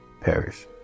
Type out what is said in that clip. perish